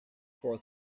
for